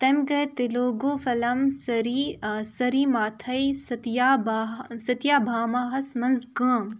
تٔمۍ کٔر تِلوگو فٔلَم سٔری سٔریٖماتھَے سٔتیابھا سٔتیابھاماہَس منٛز کٲم